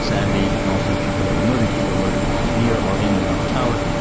sadly, most of the people that were murdered here were murdered near or in the north tower,